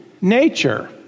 nature